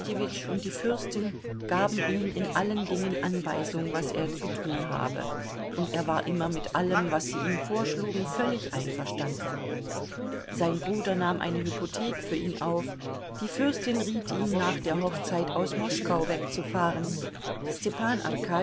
und die fürstin gaben ihm in allen dingen anweisung was er zu tun habe und er war immer mit allem was sie ihm vorschlugen völlig einverstanden sein bruder nahm eine hypothek für ihn auf die fürstin riet ihm nach der hochzeit aus moskau wegzufahren stepan